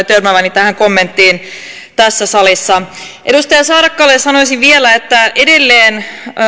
törmääväni tähän kommenttiin tässä salissa edustaja saarakkalalle sanoisin vielä että edelleen